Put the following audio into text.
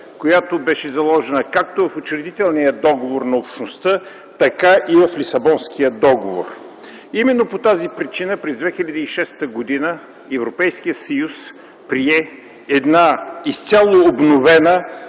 цел, заложена както в Учредителния договор на Общността, така и в Лисабонския договор. Именно по тази причина през 2006 г. Европейският съюз прие една изцяло обновена